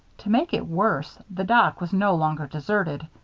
to make it worse, the dock was no longer deserted.